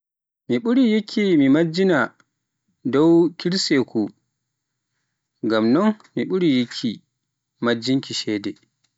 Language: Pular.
Mi ɓuri yikkimi mi majjiina dow kirseeku ngam non mi ɓuri yikki, majjinki cede.